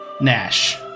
Nash